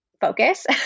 focus